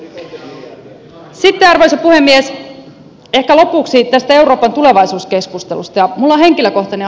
sitten arvoisa puhemies ehkä lopuksi tästä euroopan tulevaisuuskeskustelusta